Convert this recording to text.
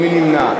מי נמנע?